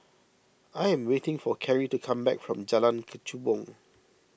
I am waiting for Karrie to come back from Jalan Kechubong